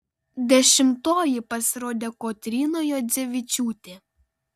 dešimtoji pasirodė kotryna juodzevičiūtė